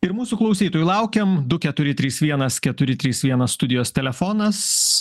ir mūsų klausytojų laukiam du keturi trys vienas keturi trys vienas studijos telefonas